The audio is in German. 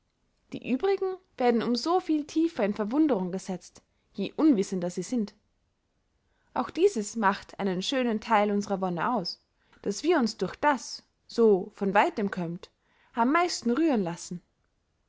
die übrigen werden um so viel tiefer in verwunderung gesetzt je unwissender sie sind auch dieses macht einen schönen theil unsrer wonne aus daß wir uns durch das so von weitem kömmt am meisten rühren lassen